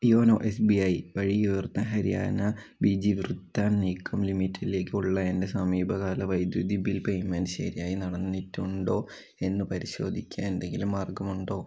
YONO S B I വഴി യുയർത്ത് ഹരിയാന ബിജി വൃത്താൻ നിഗം ലിമിറ്റഡിലേക്കുള്ള എൻ്റെ സമീപകാല വൈദ്യുതി ബിൽ പെയ്മെൻ്റ് ശരിയായി നടന്നിട്ടുണ്ടോ എന്ന് പരിശോധിക്കാൻ എന്തെങ്കിലും മാർഗമുണ്ടോ